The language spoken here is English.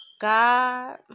God